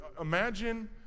Imagine